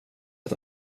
att